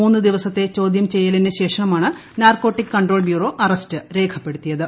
മൂന്നു ദിവസത്തെ ചോദ്യം ചെയ്യലിനു ശേഷമാണ് നാർക്കോട്ടിക് കൺട്രോൾ ബ്യൂറോ അറസ്റ്റ് രേഖപ്പെടുത്തിയത്